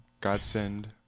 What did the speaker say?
Godsend